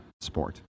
sport